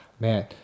Man